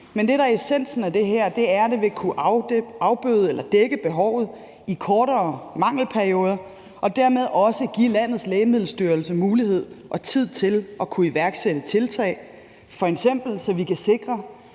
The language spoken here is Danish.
er essensen af det her, er, at det vil kunne afbøde eller dække behovet i kortere mangelperioder og dermed også give landets Lægemiddelstyrelse mulighed for og tid til at kunne iværksætte tiltag, så vi f.eks. kan sikre,